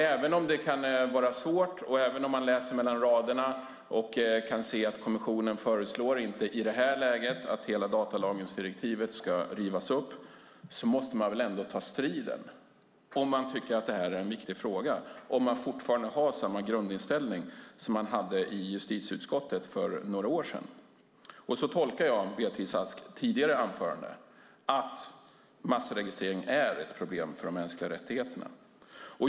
Även om det kan vara svårt och även om man läser mellan raderna och kan se att kommissionen föreslår, inte i det här läget, att hela datalagringsdirektivet ska rivas upp, måste man väl ändå ta striden om man tycker att det här är en viktig fråga, om man fortfarande har samma grundinställning som man hade i justitieutskottet för några år sedan. Och så tolkade jag Beatrice Asks tidigare anförande, att massregistrering är ett problem för de mänskliga rättigheterna.